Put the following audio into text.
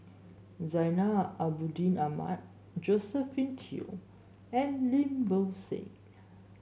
Zainal Abidin Ahmad Josephine Teo and Lim Bo Seng